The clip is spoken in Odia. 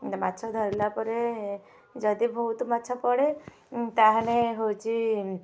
ମାଛ ଧରିଲା ପରେ ଯଦି ବହୁତ ମାଛ ପଡ଼େ ତାହେଲେ ହଉଛି